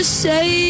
say